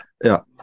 Ja